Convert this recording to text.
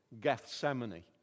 Gethsemane